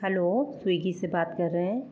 hello Swiggy से बात कर रहे हैं